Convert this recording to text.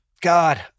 God